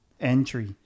entry